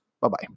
Bye-bye